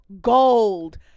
gold